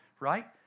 right